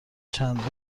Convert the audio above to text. چند